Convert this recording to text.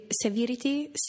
Severity